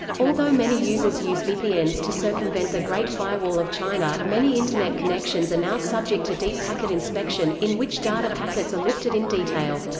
although many users use vpns to circumvent the great firewall of china, many internet connections are now subject to deep packet inspection, in which data packets are looked at in detail.